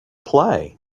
play